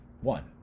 One